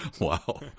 Wow